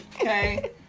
okay